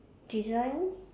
design